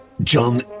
John